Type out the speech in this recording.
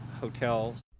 hotels